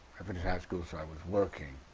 i finished high school, so i was working.